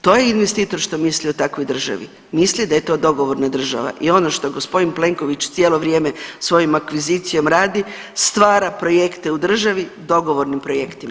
To je investitor što misli o takvoj državi, misli da je to dogovorna država i ono što g. Plenković cijelo vrijeme svojom akvizicijom radi, stvara projekte u državi dogovornim projektima.